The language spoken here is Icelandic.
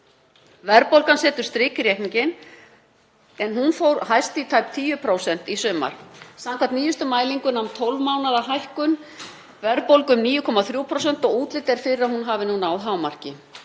Verðbólgan setur strik í reikninginn en hún fór hæst í tæp 10% í sumar. Samkvæmt nýjustu mælingum nam 12 mánaða hækkun verðbólgu um 9,3% og útlit er fyrir að hún hafi náð hámarki.